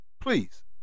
Please